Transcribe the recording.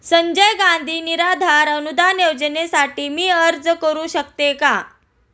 संजय गांधी निराधार अनुदान योजनेसाठी मी अर्ज करू शकते का?